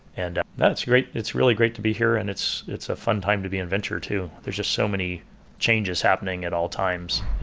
and that's great. it's really great to be here and it's it's a fun time to be in venture too. there's just so many changes happening at all times.